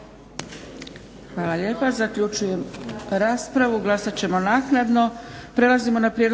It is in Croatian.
Hvala lijepa. Zaključujem raspravu. Glasat ćemo naknadno.